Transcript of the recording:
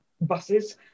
buses